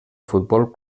futbol